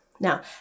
Now